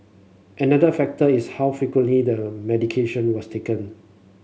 another factor is how frequently the medication was taken